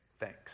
thanks